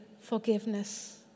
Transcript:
forgiveness